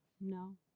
no